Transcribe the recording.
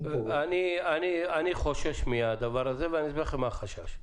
אני חושש מהדבר הזה ואני אסביר לכם מה החשש.